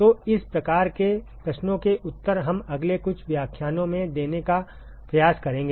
तो इस प्रकार के प्रश्नों के उत्तर हम अगले कुछ व्याख्यानों में देने का प्रयास करेंगे